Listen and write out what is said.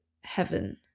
heaven